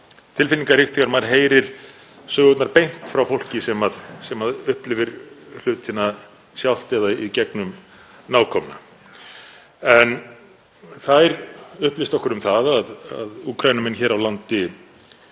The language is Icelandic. tilfinningaríkt þegar maður heyrir sögurnar beint frá fólki sem upplifir hlutina sjálft eða í gegnum nákomna. Þær upplýstu okkur um að Úkraínumenn hér á landi